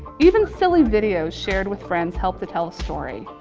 even silly videos shared with friends help to tell a story.